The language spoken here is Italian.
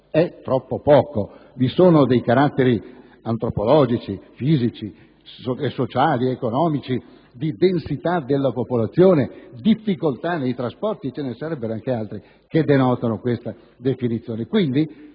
è troppo poco. Vi sono dei caratteri antropologici, fisici, sociali, economici, di densità della popolazione, di difficoltà nei trasporti e ce ne sarebbero anche altri che denotano questa definizione.